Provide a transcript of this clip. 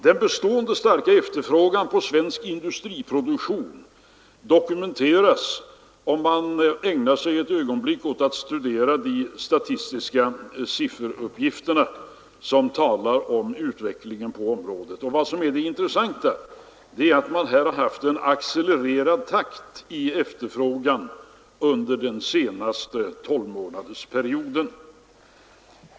Den bestående starka efterfrågan på svensk industriproduktion får man dokumenterad, om man ägnar ett ögonblick åt att studera de statistiska sifferuppgifter som talar om utvecklingen på området. Vad som är det intressanta är att man här har haft ett accelererat tempo i efterfrågan under den senaste tolvmånadersperioden.